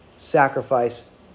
sacrifice